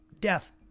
death